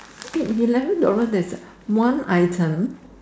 eleven dollar there's a one item